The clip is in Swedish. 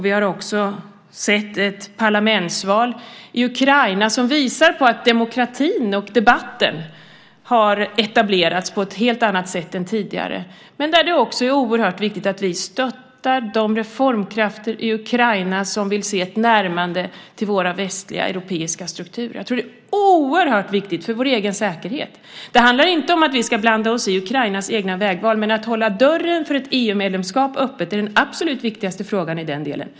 Vi har också sett ett parlamentsval i Ukraina som visade att demokratin och debatten har etablerats på ett helt annat sätt än tidigare. Det är dock oerhört viktigt att vi stöttar de reformkrafter i Ukraina som vill se ett närmande till våra västliga europeiska strukturer. Jag tror att det är oerhört viktigt för vår egen säkerhet. Det handlar inte om att vi ska blanda oss i Ukrainas egna vägval, men att hålla dörren för ett EU-medlemskap öppen är den absolut viktigaste frågan i den delen.